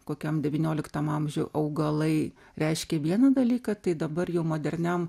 kokiam devynioliktam amžiui augalai reiškė vieną dalyką tai dabar jau moderniam